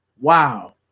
Wow